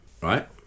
right